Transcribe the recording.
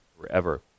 forever